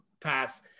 pass